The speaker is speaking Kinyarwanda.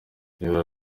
biba